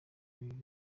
ibintu